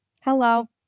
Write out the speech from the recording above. Hello